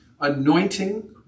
Anointing